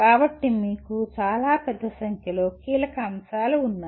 కాబట్టి మీకు చాలా పెద్ద సంఖ్యలో కీలక అంశాలు ఉన్నాయి